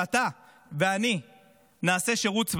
שאתה ואני נעשה שירות צבאי,